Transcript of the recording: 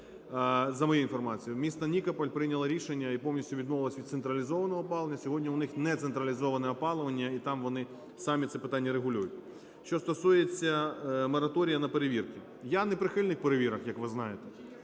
За моєю інформацію місто Нікополь прийняло рішення і повністю відмовилося від централізованого опалення, сьогодні у них нецентралізоване опалення, і там вони самі це питання регулюють. Що стосується мораторію на перевірку. Я не прихильник перевірок, як ви знаєте,